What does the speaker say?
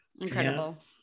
incredible